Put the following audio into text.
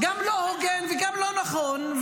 -- גם לא הוגן וגם לא נכון,